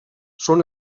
són